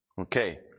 Okay